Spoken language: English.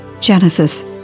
Genesis